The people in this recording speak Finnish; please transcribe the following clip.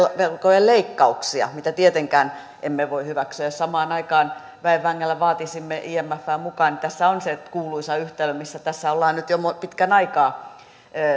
velkojen leikkauksia mitä tietenkään emme voi hyväksyä jos samaan aikaan väen vängällä vaatisimme imfää mukaan niin tässä on se kuuluisa yhtälö missä ollaan nyt jo pitkän aikaa